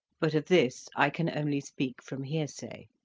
but of this i can only speak from hearsay.